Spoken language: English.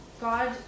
God